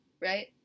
right